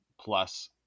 plus